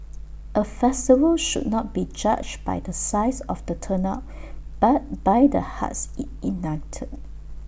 A festival should not be judged by the size of the turnout but by the hearts IT ignited